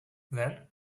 then